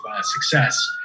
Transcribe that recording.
success